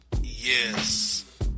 Yes